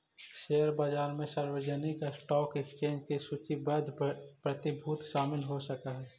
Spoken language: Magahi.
शेयर बाजार में सार्वजनिक स्टॉक एक्सचेंज में सूचीबद्ध प्रतिभूति शामिल हो सकऽ हइ